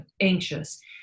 anxious